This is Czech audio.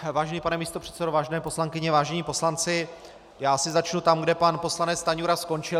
Vážený pane místopředsedo, vážené poslankyně, vážení poslanci, já asi začnu tam, kde pan poslanec Stanjura skončil.